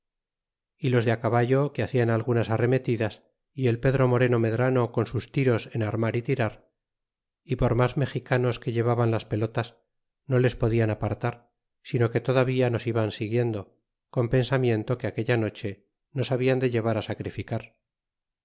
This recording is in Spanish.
y los de á caballo que hacian algunas arremetidas y el pedro moreno medran con sus tiros en armar y tirar y por mas mexicanos que llevaban las pelotas no les podian apartar sino que todavía nos iban siguiendo con pensamiento que aquella noche nos hablan de llevar á sacrificar